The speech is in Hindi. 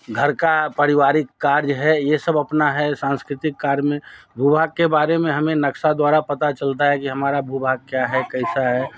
घर का परिवारिक कार्य है ये सब अपना है सांस्कृतिक कार्य में भू भाग के बारे में हमें नक्शा द्वारा पता चलता है कि हमारा भू भाग क्या है कैसा है